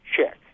check